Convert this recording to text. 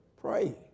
pray